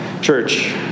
Church